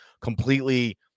completely